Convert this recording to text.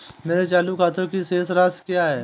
मेरे चालू खाते की शेष राशि क्या है?